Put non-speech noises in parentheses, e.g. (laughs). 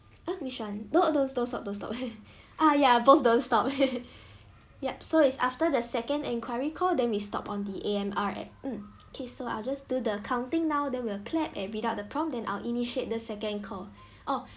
ah which one no don't stop don't stop (laughs) ah ya both don't stop (laughs) yup so it's after the second enquiry call then we stopped on the A_M_R apps um okay so I'll just do the counting now then we'll clap and without the prompt then I'll initiate the second call oh